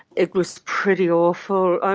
it was pretty awful. ah